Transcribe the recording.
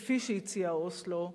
כפי שהציע אוסלו,